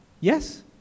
Yes